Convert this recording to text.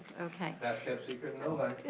okay. best kept secret in novi.